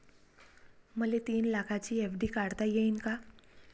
मले तीन लाखाची एफ.डी काढता येईन का?